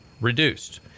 reduced